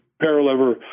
parallel